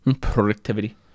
Productivity